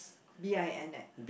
B I N eh